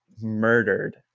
murdered